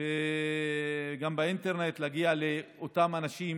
וגם באינטרנט, לאותם אנשים